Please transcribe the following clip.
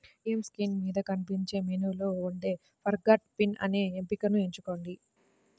ATM screen మీద కనిపించే మెనూలో ఉండే ఫర్గాట్ పిన్ అనే ఎంపికను ఎంచుకోండి